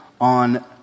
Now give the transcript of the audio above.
on